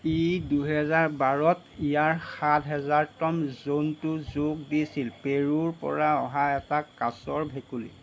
ই দুহেজাৰ বাৰত ইয়াৰ সাত হাজাৰতম জন্তু যোগ দিছিল পেৰুৰ পৰা অহা এটা কাঁচৰ ভেকুলী